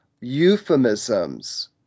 euphemisms